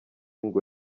ngo